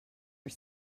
are